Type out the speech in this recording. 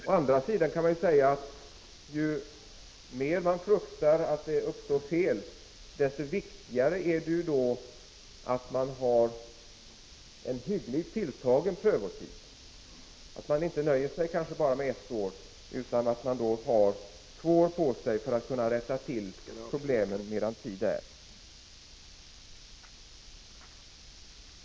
Å andra sidan kan sägas att ju mer man fruktar att det uppstår fel, desto viktigare är då att man har en hyggligt tilltagen prövotid, att maniinte nöjer sig med ett år utan att man har två år på sig för att kunna rätta till problemen medan tid är.